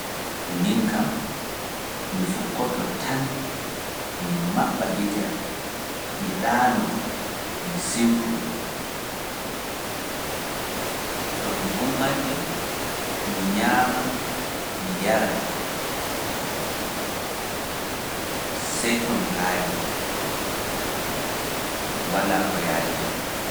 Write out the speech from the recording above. Min kam, mi fukkoto tan, mi maɓɓa gite am, mi ɗaano, mi siwtoo, to mi ummake, mi ñaama, mi yara, sey to mi haari, walaa ko yaali am.